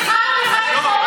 אני רוצה שתגיד לי,